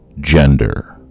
gender